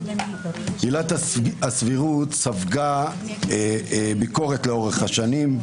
עילת הסבירות ספגה ביקורת לאורך השנים,